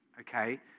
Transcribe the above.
okay